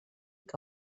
que